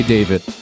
David